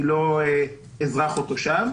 היא לא אזרח או תושב.